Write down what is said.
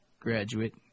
graduate